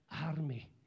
army